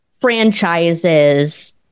franchises